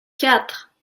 quatre